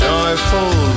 joyful